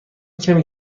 کمی